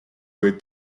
oli